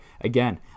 Again